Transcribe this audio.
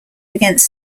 against